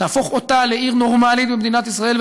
תהפוך אותה לעיר נורמלית במדינת ישראל,